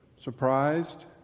surprised